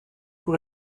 pour